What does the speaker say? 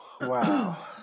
Wow